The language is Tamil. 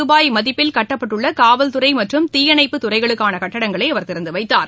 ரூபாய் மதிப்பில் கட்டப்பட்டுள்ள காவல்துறை மற்றும் தீயணைப்புத் துறைகளுக்கான கட்டடங்களை திறந்துவைத்தார்